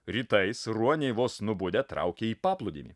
rytais ruoniai vos nubudę traukia į paplūdimį